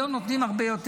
היום נותנים הרבה יותר.